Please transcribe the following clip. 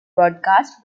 broadcasts